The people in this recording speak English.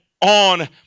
on